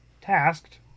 tasked